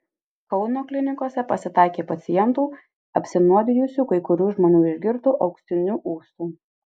kauno klinikose pasitaikė pacientų apsinuodijusių kai kurių žmonių išgirtu auksiniu ūsu